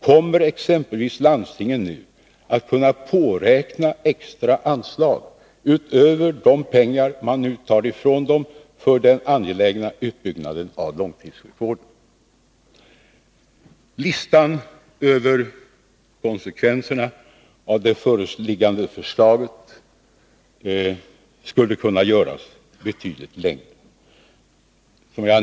Kommer exempelvis landstingen nu att kunna påräkna extra anslag utöver de pengar som man tar ifrån dem för den angelägna utbyggnaden av långtidssjukvården? Listan över konsekvenserna av det föreliggande förslaget skulle kunna göras betydligt längre.